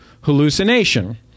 hallucination